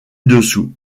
dessous